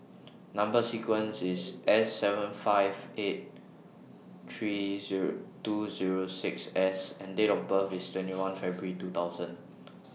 Number sequence IS S seven five eight three Zero two Zero six S and Date of birth IS twenty one February two thousand